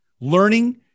learning